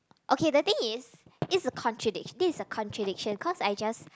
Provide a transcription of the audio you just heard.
okay the thing is it's a contradic~ this is a contradiction cause I just